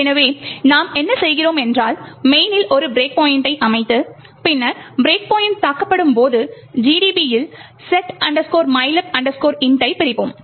எனவே நாம் என்ன செய்கிறோம் என்றால் main இல் ஒரு பிரேக் பாயிண்ட்டை அமைத்து பின்னர் பிரேக் பாயிண்ட் தாக்கப்படும் போது GDB இல் set mylib int ஐ பிரிப்போம்